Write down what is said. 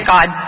God